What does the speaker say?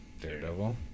Daredevil